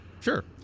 Sure